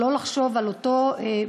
אני לא יכולה שלא לחשוב על אותו חייל,